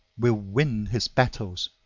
will win his battles.